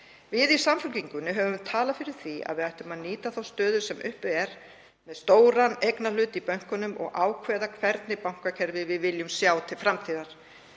Við í Samfylkingunni höfum talað fyrir því að við ættum að nýta þá stöðu sem uppi er, með stóran eignarhlut í bönkunum, og ákveða hvernig bankakerfi við viljum sjá til framtíðar